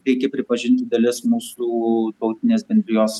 reikia pripažinti dalis mūsų tautinės bendrijos